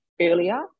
earlier